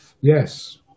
Yes